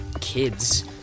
Kids